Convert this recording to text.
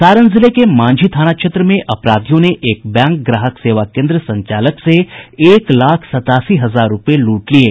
सारण जिले के मांझी थाना क्षेत्र में अपराधियों ने एक बैंक ग्राहक सेवा केन्द्र संचालक से एक लाख सतासी हजार रूपये लूट लिये